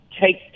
take